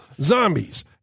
Zombies